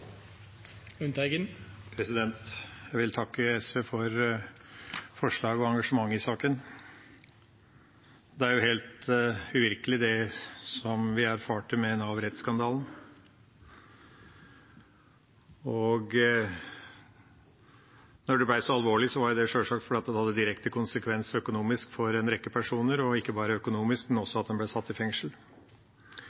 jo helt uvirkelig, det som vi erfarte med Nav-rettsskandalen. Når det ble så alvorlig, var det sjølsagt fordi det hadde direkte konsekvenser økonomisk for en rekke personer, og ikke bare økonomisk, men